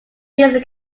this